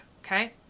okay